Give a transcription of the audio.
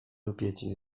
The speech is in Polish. rupieci